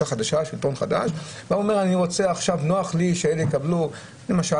החדש ואומר שנוח לו שאוכלוסייה מסוימת תקבל זכות למשל,